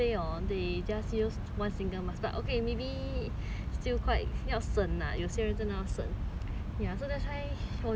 okay maybe still quite 要省 ah 有些人真的要省 ya so that's 我觉得应该用 cloth 如果 they they don't